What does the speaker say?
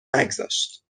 نگذاشت